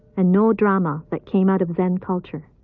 and no drama that came out of zen culture.